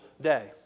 day